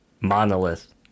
monolith